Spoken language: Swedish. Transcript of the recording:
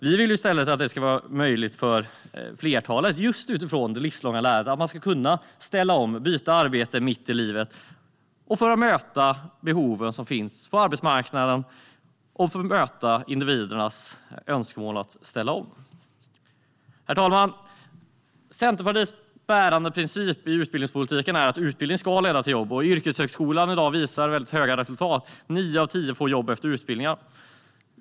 Vi vill i stället att det ska vara möjligt för flertalet, just med tanke på det livslånga lärandet. Man ska kunna ställa om och byta arbete mitt i livet. Det handlar också om att möta de behov som finns på arbetsmarknaden och möta individernas önskemål om att ställa om. Herr talman! Centerpartiets bärande princip i utbildningspolitiken är att utbildning ska leda till jobb. Yrkeshögskolan i dag visar väldigt höga resultat - nio av tio får jobb efter utbildningen.